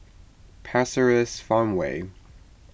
Pasir Ris Farmway